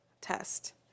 test